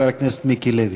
חבר הכנסת מיקי לוי.